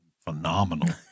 phenomenal